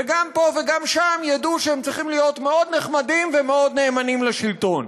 וגם פה וגם שם ידעו שהם צריכים להיות מאוד נחמדים ומאוד נאמנים לשלטון.